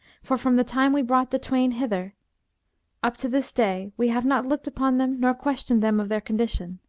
for from the time we brought the twain hither up to this day, we have not looked upon them nor questioned them of their condition,